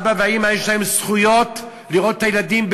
שלאבא ולאימא יש זכויות שוות לראות את הילדים,